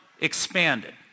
expanded